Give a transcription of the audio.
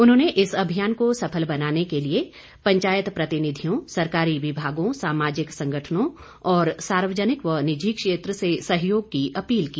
उन्होंने इस अभियान को सफल बनाने के लिये पंचायत प्रतिनिधियों सरकारी विभागों सामाजिक संगठनों और सार्वजनिक व निजी क्षेत्र से सहयोग की अपील भी की